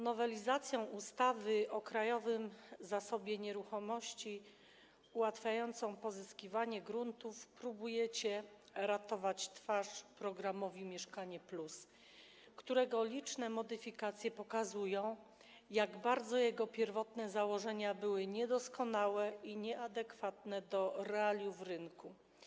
Nowelizacją ustawy o Krajowym Zasobie Nieruchomości ułatwiającą pozyskiwanie gruntów próbujecie ratować twarz programu „Mieszkanie+”, którego liczne modyfikacje pokazują, jak bardzo jego pierwotne założenia były niedoskonałe i nieadekwatne do realiów rynku.